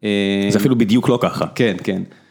זה אפילו בדיוק לא ככה כן כן.